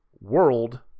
world